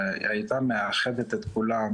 הייתה מאחדת את כולם,